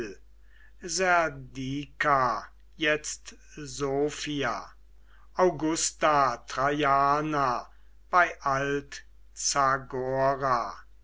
jetzt sofia augusta traiana bei alt zagora